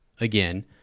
again